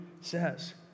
says